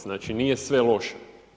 Znači, nije sve loše.